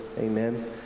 Amen